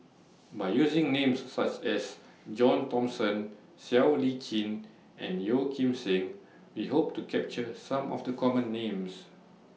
By using Names such as John Thomson Siow Lee Chin and Yeo Kim Seng We Hope to capture Some of The Common Names